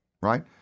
right